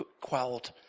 quelled